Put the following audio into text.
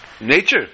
nature